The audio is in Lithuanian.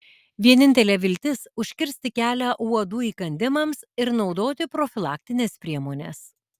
vienintelė viltis užkirsti kelią uodų įkandimams ir naudoti profilaktines priemones